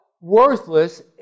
worthless